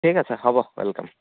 ঠিক আছে হ'ব ওৱেলকাম